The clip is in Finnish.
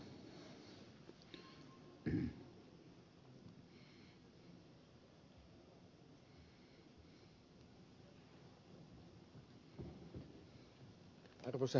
arvoisa herra puhemies